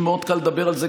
לי מאוד קל לדבר על זה,